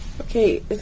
Okay